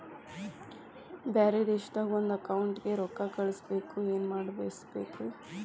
ಬ್ಯಾರೆ ದೇಶದಾಗ ಒಂದ್ ಅಕೌಂಟ್ ಗೆ ರೊಕ್ಕಾ ಕಳ್ಸ್ ಬೇಕು ಏನ್ ಮಾಡ್ಬೇಕ್ರಿ ಸರ್?